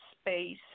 Space